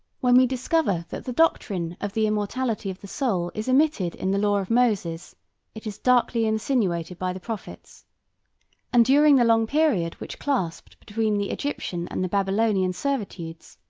when we discover that the doctrine of the immortality of the soul is omitted in the law of moses it is darkly insinuated by the prophets and during the long period which clasped between the egyptian and the babylonian servitudes,